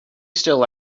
still